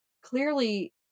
clearly